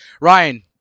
Ryan